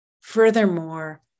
Furthermore